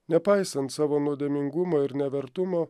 nepaisant savo nuodėmingumo ir nevertumo